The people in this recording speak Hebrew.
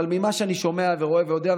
אבל ממה שאני שומע ורואה ויודע,